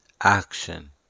action